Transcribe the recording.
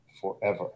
forever